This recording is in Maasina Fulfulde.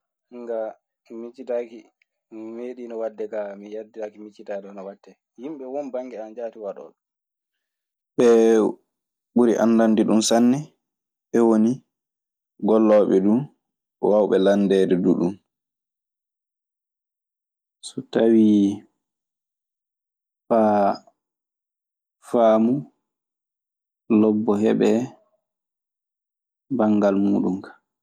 Min ka mi miccitaaki mi meɗiino wadde kaa mi heddaaki miccitaade hono watte. Yimɓe won bannge an jaati waɗoobe. Ɓee ɓuri anndande ɗun sanne. Ɓee woni gollooɓe ɗun, waawɓe landeede duu ɗun. So tawii faa faamu lobbo heɓee banngal muuɗun ka.